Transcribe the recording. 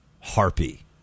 harpy